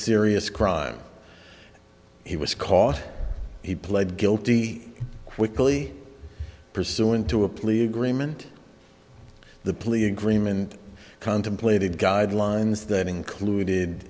serious crime he was caught he pled guilty plea pursuant to a plea agreement the plea agreement contemplated guidelines that included